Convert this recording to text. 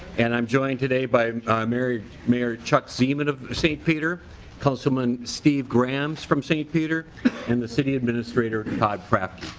and i'm joined today by mayor mayor chuck ziemann of st. peter said councilman steve grams from st. peter and the city administrator todd crafty.